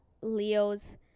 Leo's